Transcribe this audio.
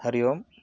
हरिः ओं